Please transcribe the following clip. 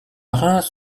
marins